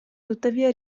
tuttavia